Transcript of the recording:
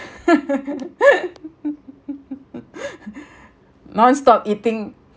non-stop eating